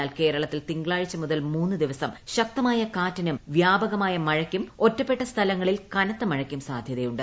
എന്നാൽ കേരളത്തിൽ തിങ്കളാഴ്ച മുതൽ മൂന്ന്ദിവസം ശക്തമായകാറ്റിനും വ്യാപകമായ മഴയ്ക്കും ഒറ്റപ്പെട്ടസ്ഥലങ്ങളിൽ കനത്തമഴയ്ക്കും സാധ്യതയുണ്ട്